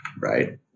right